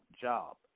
job